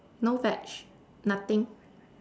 no veg nothing